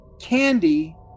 Candy